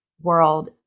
world